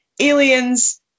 aliens